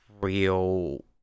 real